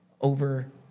over